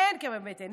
אין כאבי בטן.